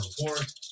report